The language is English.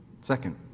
Second